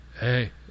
hey